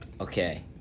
Okay